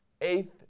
eighth